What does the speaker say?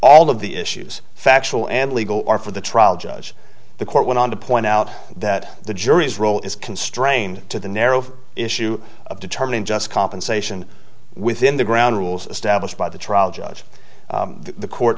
all of the issues factual and legal or for the trial judge the court went on to point out that the jury's role is constrained to the narrow issue of determining just compensation within the ground rules established by the trial judge the court